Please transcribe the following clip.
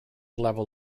level